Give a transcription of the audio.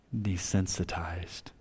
desensitized